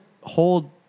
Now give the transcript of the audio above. hold